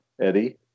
Eddie